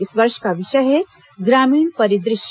इस वर्ष का विषय है ग्रामीण परिदृश्य